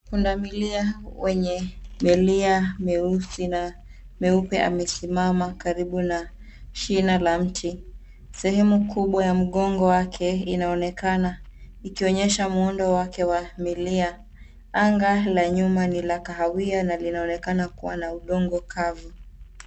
Punda milia wenye milia meusi na meupe amesimama karibu ma shina la mti. Sehemu kubwa wa mgongo wake unaonekana ikoonyesha muundo wake wa milia. Anga la nyuma ni la kahawia na linaonekana kuwa na udongo kavu.